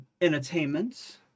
entertainment